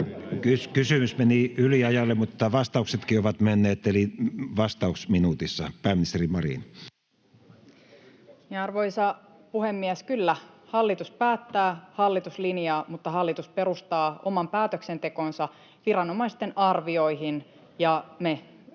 Kysymys meni yliajalle, mutta vastauksetkin ovat menneet, eli vastaus minuutissa. — Pääministeri Marin. Arvoisa puhemies! Kyllä hallitus päättää, hallitus linjaa, mutta hallitus perustaa oman päätöksentekonsa viranomaisten arvioihin, ja me